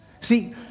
See